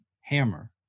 hammer